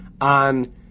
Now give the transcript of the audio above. on